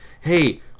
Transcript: hey